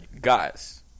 Guys